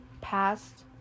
passed